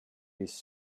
his